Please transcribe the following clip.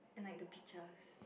and like the beaches